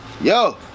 Yo